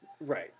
Right